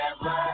forever